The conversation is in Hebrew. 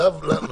סבלנות.